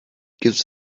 gives